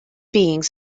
beings